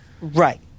Right